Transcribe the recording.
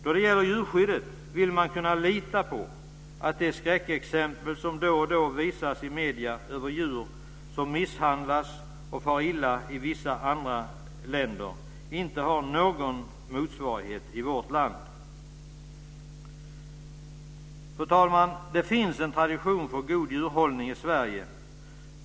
Då det gäller djurskyddet vill man kunna lita på att de skräckexempel som då och då visas i medierna på djur som misshandlas och far illa i vissa andra länder inte har någon motsvarighet i vårt land. Fru talman! Det finns en tradition av god djurhållning i Sverige.